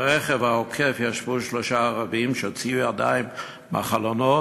ברכב העוקף ישבנו שלושה ערבים שהוציאו ידיים מהחלונות